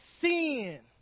sin